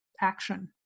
action